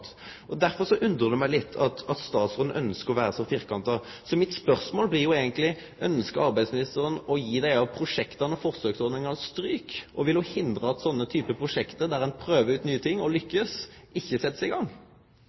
Derfor undrar det meg litt at statsråden ønskjer å vere så firkanta. Så mitt spørsmål blir eigentleg: Ønskjer arbeidsministeren å gje desse prosjekta og forsøksordningane stryk? Og vil ho hindre at sånne typar prosjekt der ein prøver ut nye ting og lukkast, blir sette i gang?